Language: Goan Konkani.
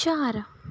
चार